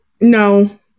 No